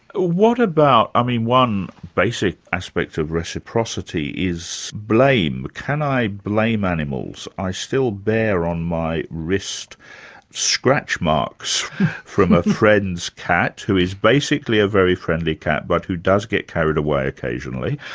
what about, i mean one basic aspect of reciprocity is blame. can i blame animals? i still bear on my wrist scratch marks from a friend's cat, who is basically a very friendly cat, but who does get carried away occasionally.